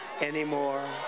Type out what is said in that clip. anymore